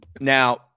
Now –